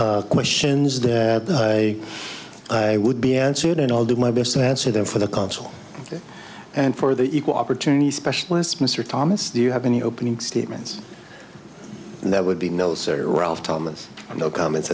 s questions that would be answered and i'll do my best to answer them for the council and for the equal opportunity specialist mr thomas do you have any opening statements and that would be no sir of thomas no comments